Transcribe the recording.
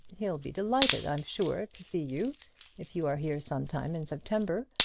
he'll be delighted, i'm sure, to see you if you are here some time in september.